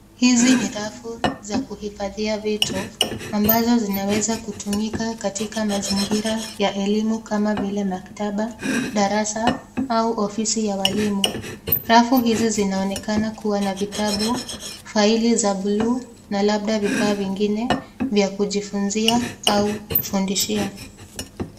Hizi ni rafu za kuhifadhia vitu ambazo zinaweza kutumika katika mazingira ya elimu kama vile maktaba, darasa au ofisi ya walimu. Rafu hizi zinaonekana kuwa na vitabu, faili za blue na labda vifaa vingine vya